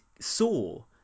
saw